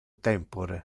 tempore